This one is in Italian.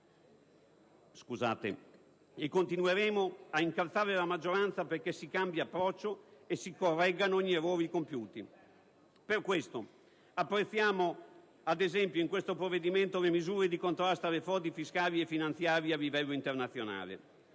e continueremo ad incalzare la maggioranza perché si cambi approccio e si correggano gli errori compiuti. Per questo apprezziamo, ad esempio, nel provvedimento al nostro esame le misure di contrasto alle frodi fiscali e finanziarie a livello internazionale,